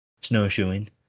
snowshoeing